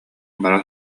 бара